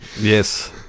Yes